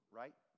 right